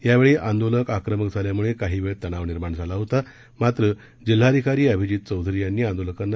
यावेळी आंदोलक आक्रमक झाल्याम्ळे काही वेळ तणाव निर्माण झाला होतामात्र जिल्हाधिकारी अभिजित चौधरी यांनी आंदोलकांना